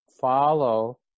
follow